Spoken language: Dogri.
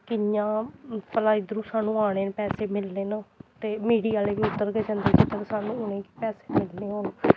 कि'यां भला इद्धरूं सानूं औने न पैसे मिलने न ते मीडिया आह्ले बी उद्धर गै जंदे जिद्धर सानूं उ'नें गी पैसे मिलने होन